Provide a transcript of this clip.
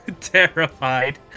terrified